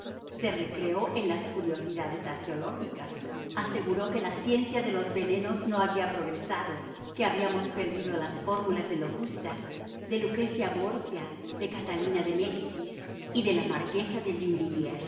se recreó en las curiosidades arqueológicas aseguró que la ciencia de los venenos no había progresado que habíamos perdido las fórmulas de locusta de lucrecia borgia de catalina de médicis y de la marquesa de